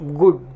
good